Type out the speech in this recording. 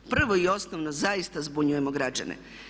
Prvo i osnovno zaista zbunjujemo građane.